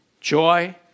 Joy